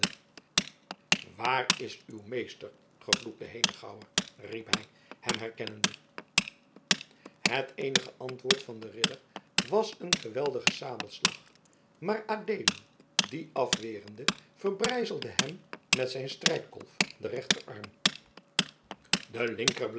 waar is uw meester gevloekte henegouwer riep hij hem herkennende het eenige antwoord van den ridder was een geweldige sabelslag maar adeelen dien afwerende verbrijzelde hem met zijn strijdkolf den rechterarm de